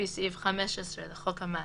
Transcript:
לפי סעיף 15 לחוק המעצרים,